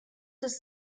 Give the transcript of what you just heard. des